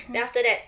mm